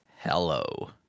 hello